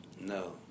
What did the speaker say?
No